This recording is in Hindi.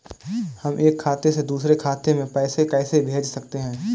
हम एक खाते से दूसरे खाते में पैसे कैसे भेज सकते हैं?